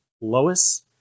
Lois